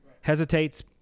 Hesitates